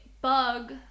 bug